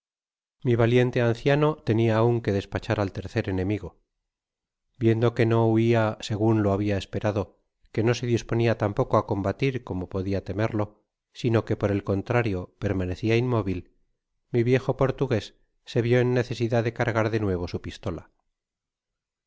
mi valiente anciano tenia aun que despachar al tercer enemigo viendo que no huia segun lo liabia esperado que no se disponia tampoco á combatir como podia temerlo sino que por el contrario permanecia inmóvil mi viejo portugués se vio en necesidad de cargar de nuevo su pistola